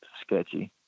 sketchy